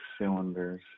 cylinders